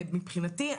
ומבחינתי,